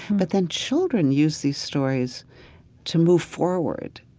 but then children use these stories to move forward,